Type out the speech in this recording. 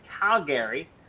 Calgary